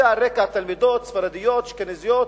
זה על רקע תלמידות ספרדיות, אשכנזיות,